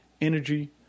energy